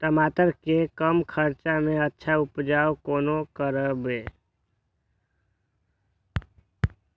टमाटर के कम खर्चा में अच्छा उपज कोना करबे?